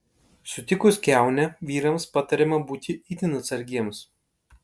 sutikus kiaunę vyrams patariama būti itin atsargiems